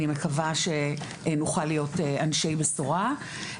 אני מקווה שנוכל להיות אנשי בשורה.